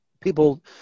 people